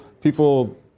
people